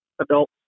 adult